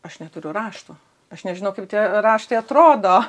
aš neturiu raštų aš nežinau kaip tie raštai atrodo